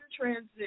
transition